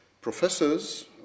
professors